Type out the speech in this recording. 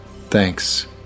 Thanks